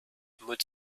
moet